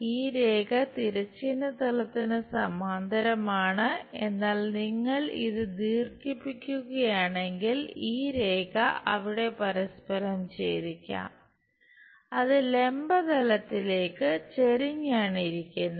ഈ രേഖ തിരശ്ചീന തലത്തിന് സമാന്തരമാണ് എന്നാൽ നിങ്ങൾ ഇത് ദീർഘിപ്പിക്കുകയാണെങ്കിൽ ഈ രേഖ അവിടെ പരസ്പരം ഛേദിക്കാം അത് ലംബ തലത്തിലേക്കു ചെരിഞ്ഞാണിരിക്കുന്നത്